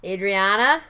Adriana